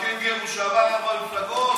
עם הקנגורו שעבר ארבע מתפלגות?